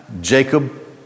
Jacob